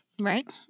Right